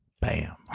Bam